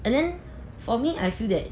and then for me I feel that